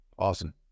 Awesome